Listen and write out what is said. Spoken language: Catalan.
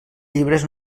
llibres